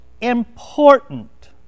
important